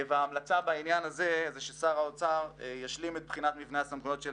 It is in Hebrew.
מומלץ כי שר האוצר ישלים את בחינת מבנה הסמכויות של